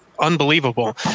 unbelievable